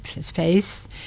space